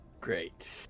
Great